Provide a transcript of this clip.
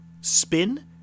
spin